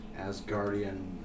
Asgardian